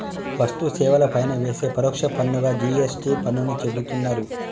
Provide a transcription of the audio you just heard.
వస్తు సేవల పైన వేసే పరోక్ష పన్నుగా జి.ఎస్.టి పన్నుని చెబుతున్నరు